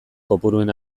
kopuruen